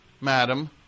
madam